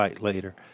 later